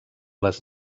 les